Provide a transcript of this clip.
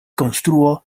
konstruo